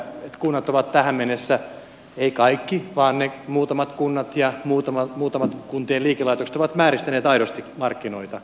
kunnat ovat tähän mennessä eivät kaikki vaan ne muutamat kunnat ja muutamat kuntien liikelaitokset vääristäneet aidosti markkinoita